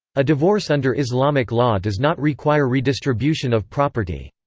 a divorce under islamic law does not require redistribution of property.